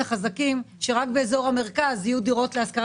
החזקים כך שרק באזור המרכז יהיו דירות להשכרה?